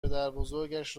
پدربزرگش